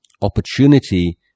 opportunity